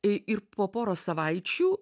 ir po poros savaičių